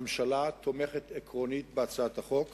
הממשלה תומכת עקרונית בהצעת החוק,